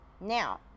Now